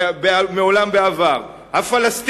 אדוני השר,